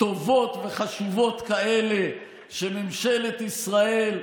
טובות וחשובות כאלה שממשלת ישראל,